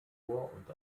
und